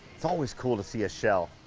it's always cool to see a shell.